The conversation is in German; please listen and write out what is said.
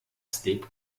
steak